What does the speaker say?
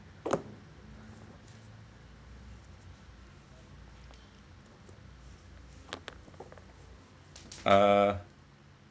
uh